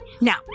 now